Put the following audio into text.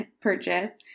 purchase